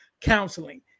counseling